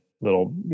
little